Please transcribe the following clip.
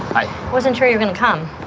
i wasn't sure you're going to come.